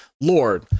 Lord